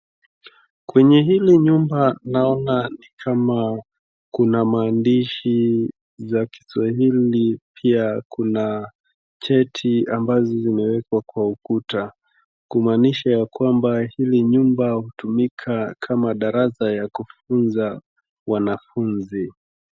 Kwenye hili nyumba naona ni kama kuna maandishi za Kiswahili, pia kuna cheti ambazo zimewekwa kwa ukuta kumaanisha ya kwamba hili nyumba hutumika kama darasa ya kufunza wanafunzi.